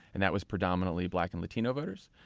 and that was predominantly black and latino voters.